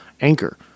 Anchor